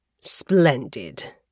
Splendid